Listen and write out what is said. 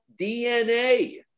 DNA